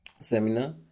seminar